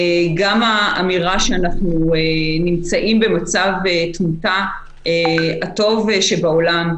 גם האמירה שאנחנו נמצאים במצב תמותה הטוב בעולם,